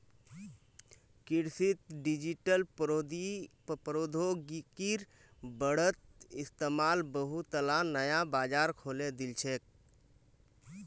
कृषित डिजिटल प्रौद्योगिकिर बढ़ त इस्तमाल बहुतला नया बाजार खोले दिल छेक